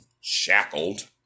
shackled